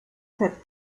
fett